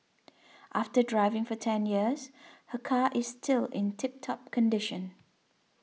after driving for ten years her car is still in tip top condition